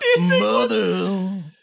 Mother